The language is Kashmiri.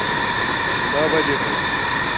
دہ بَجے ہیوٗ